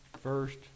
first